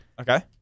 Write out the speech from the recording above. Okay